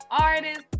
artist